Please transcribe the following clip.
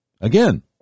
Again